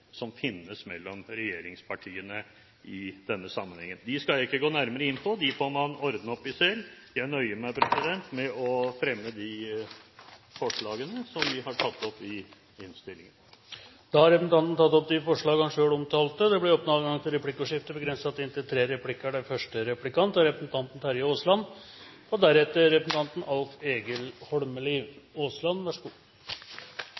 som finnes mellom regjeringspartiene i denne sammenhengen. De skal jeg ikke gå nærmere inn på, de får man ordne opp i selv. Jeg nøyer meg med å ta opp de forslagene som vi har fremmet i innstillingen. Representanten Svein Flåtten har tatt opp de forslagene han refererte til. Det blir replikkordskifte. Høyre har en utydelig landbrukspolitikk, synes jeg. Den ble ikke mer tydelig nå, men det er